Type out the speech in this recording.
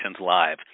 Live